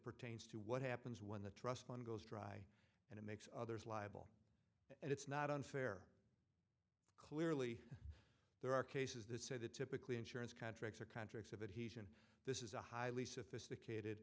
pertains to what happens when the trust fund goes dry and it makes others liable and it's not unfair clearly there are cases that say that typically insurance contracts are contracts of it and this is a highly sophisticated